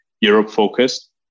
Europe-focused